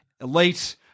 elite